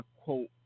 quote